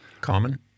Common